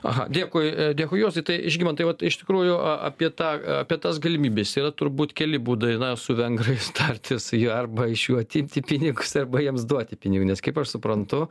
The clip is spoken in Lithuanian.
aha dėkui dėkui juozai tai žygimantai vat iš tikrųjų apie tą apie tas galimybes yra turbūt keli būdai na su vengrais tartis arba iš jų atimti pinigus arba jiems duoti pinigų nes kaip aš suprantu